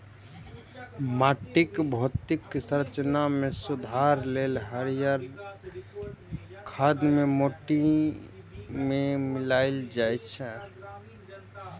माटिक भौतिक संरचना मे सुधार लेल हरियर खाद कें माटि मे मिलाएल जाइ छै